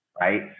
right